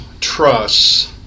trusts